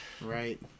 Right